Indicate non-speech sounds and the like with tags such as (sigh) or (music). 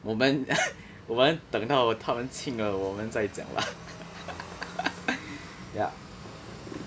我们我们等到他们请了我们再讲 lah (laughs)